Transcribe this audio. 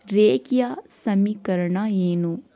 ರೇಖೀಯ ಸಮೀಕರಣ ಏನು